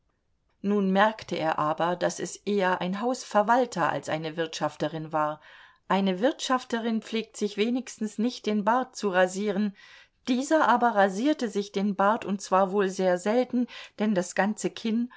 nun merkte er aber daß es eher ein hausverwalter als eine wirtschafterin war eine wirtschafterin pflegt sich wenigstens nicht den bart zu rasieren dieser aber rasierte sich den bart und zwar wohl sehr selten denn das ganze kinn